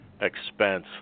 expense